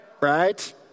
right